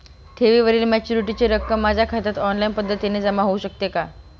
ठेवीवरील मॅच्युरिटीची रक्कम माझ्या खात्यात ऑनलाईन पद्धतीने जमा होऊ शकते का?